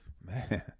Man